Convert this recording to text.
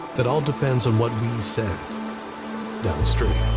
that all depends on what we send downstream.